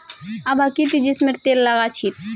आभा की ती जैस्मिनेर तेल लगा छि